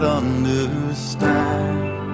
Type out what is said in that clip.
understand